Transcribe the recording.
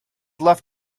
left